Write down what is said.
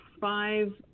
five